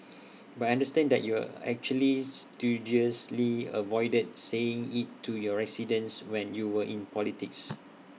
but I understand that you actually studiously avoided saying IT to your residents when you were in politics